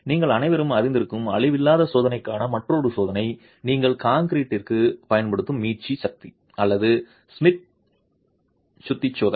நீங்கள் அனைவரும் அறிந்திருக்கும் அழிவில்லாத சோதனையான மற்றொரு சோதனை நீங்கள் கான்கிரீட்டிற்கு பயன்படுத்தும் மீட்சி சுத்தி அல்லது ஷ்மிட் சுத்தி சோதனை